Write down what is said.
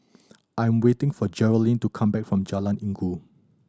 I'm waiting for Geralyn to come back from Jalan Inggu